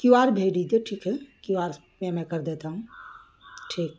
کیو R بھیج دیجیے ٹھیک ہے کیو آر پہ میں کر دیتا ہوں ٹھیک